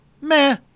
meh